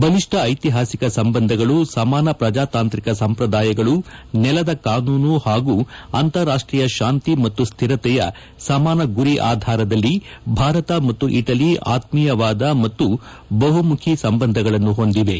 ಬಲಿಷ್ಣ ಐತಿಹಾಸಿಕ ಸಂಬಂಧಗಳು ಸಮಾನ ಪ್ರಜಾತಾಂತ್ರಿಕ ಸಂಪ್ರದಾಯಗಳು ನೆಲದ ಕಾನೂನು ಹಾಗೂ ಅಂತಾರಾಷ್ಷೀಯ ಶಾಂತಿ ಮತ್ತು ಸ್ಟಿರತೆಯ ಸಮಾನ ಗುರಿ ಆಧಾರದಲ್ಲಿ ಭಾರತ ಮತ್ತು ಇಟಲಿ ಆತ್ನೀಯವಾದ ಮತ್ತು ಬಹುಮುಖ ಸಂಬಂಧಗಳನ್ನು ಹೊಂದಿವೆ